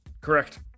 Correct